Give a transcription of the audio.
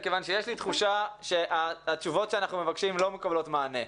מכיוון שיש לי תחושה שהתשובות שאנחנו מבקשים לא מקבלות מענה.